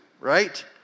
right